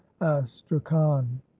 astrakhan